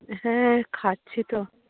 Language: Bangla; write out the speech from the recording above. হ্যাঁ খাচ্ছি তো